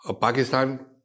Pakistan